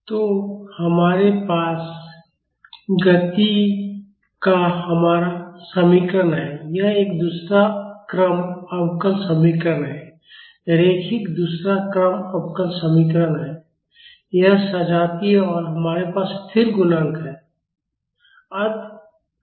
तो हमारे पास गति का हमारा समीकरण है यह एक दूसरा क्रम अवकल समीकरण रैखिक दूसरा क्रम अवकल समीकरण है यह सजातीय और हमारे पास स्थिर गुणांक हैं